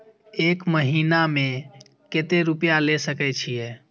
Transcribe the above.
एक महीना में केते रूपया ले सके छिए?